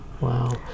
Wow